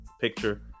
picture